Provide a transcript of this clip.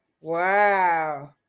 Wow